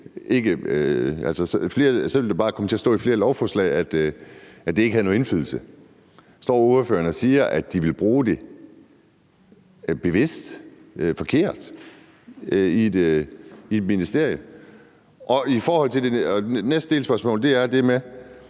at der bare kommer til at stå i flere lovforslag, at det ikke har nogen indflydelse. Står ordføreren og siger, at de bevidst vil bruge det forkert i et ministerie? Mit næste spørgsmål går på,